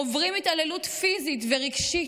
עוברים התעללות פיזית ורגשית,